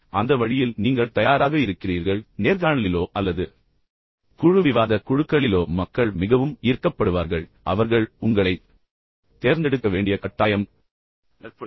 எனவே அந்த வழியில் நீங்கள் தயாராக இருக்கிறீர்கள் உங்கள் தயார்நிலையைக் காட்டுகிறீர்கள் நேர்காணலிலோ அல்லது குழு விவாதக் குழுக்களிலோ மக்கள் மிகவும் ஈர்க்கப்படுவார்கள் மேலும் அவர்கள் உங்களைத் தேர்ந்தெடுக்க வேண்டிய கட்டாயம் ஏற்படும்